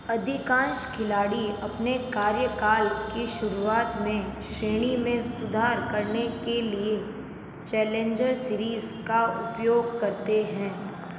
अधिकांश खिलाड़ी अपने कार्यकाल की शुरुआत में श्रेणी में सुधार करने के लिए चैलेंजर सीरीज़ का उपयोग करते हैं